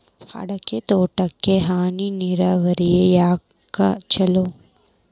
ಅಡಿಕೆ ತೋಟಕ್ಕ ಹನಿ ನೇರಾವರಿಯೇ ಯಾಕ ಛಲೋ?